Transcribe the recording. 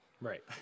Right